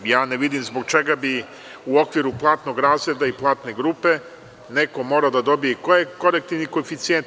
Ja ne vidim zbog čega bi u okviru platnog razreda i platne grupe neko morao da dobije i korektivni koeficijent.